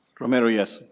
romero, yes.